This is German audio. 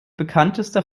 bekanntester